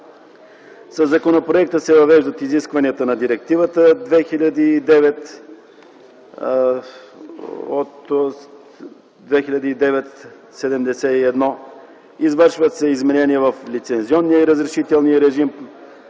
Със законопроекта се въвеждат изискванията на Директива 2009/71, извършват се изменения в лицензионния и разрешителния режим,